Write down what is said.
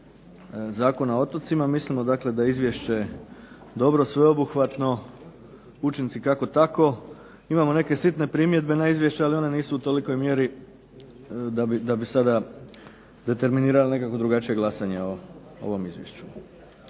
Zakona o otocima, mislimo dakle da je Izvješće dobro, sveobuhvatno, učinci kako tako, imamo neke sitne primjedbe na Izvješće ali one nisu u tolikoj mjeri da bi sada determinirali nekako drugačije glasanje o ovom izvješću.